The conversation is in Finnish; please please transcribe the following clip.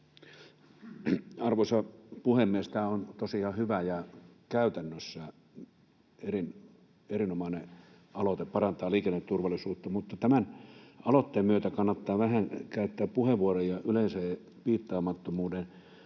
Arvoisa puhemies! Tämä on tosiaan hyvä ja käytännössä erinomainen aloite parantaa liikenneturvallisuutta, mutta tämän aloitteen myötä kannattaa vähän käyttää puheenvuoroja yleisen piittaamattomuuden